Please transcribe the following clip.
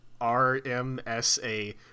R-M-S-A